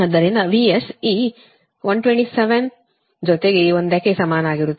ಆದ್ದರಿಂದ VS ಈ 127 ಜೊತೆಗೆ ಈ ಒಂದಕ್ಕೆ ಸಮಾನವಾಗಿರುತ್ತದೆ